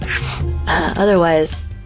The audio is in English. otherwise